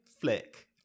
flick